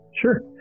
Sure